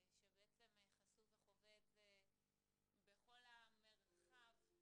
שחשוף וחווה את זה בכל המרחב,